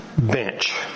bench